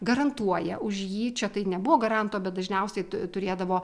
garantuoja už jį čia tai nebuvo garanto bet dažniausiai tu turėdavo